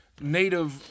native